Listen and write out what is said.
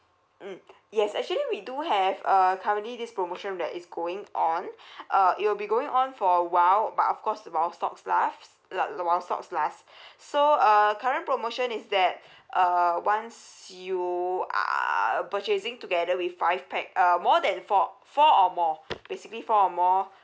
mm yes actually we do have uh currently this promotion that is going on uh it will be going on for a while but of course while stocks last la~ while stock last so uh current promotion is that uh once you are purchasing together with five pax uh more than four four or more basically four or more